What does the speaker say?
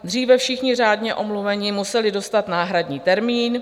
Dříve všichni řádně omluvení museli dostat náhradní termín.